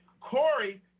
Corey